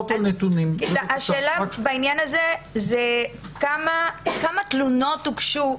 השאלה בעניין הזה, זה כמה תלונות הוגשו,